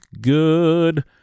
good